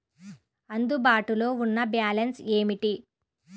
అందుబాటులో ఉన్న బ్యాలన్స్ ఏమిటీ?